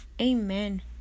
Amen